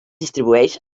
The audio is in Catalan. distribueix